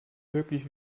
wirklich